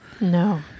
No